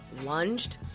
Lunged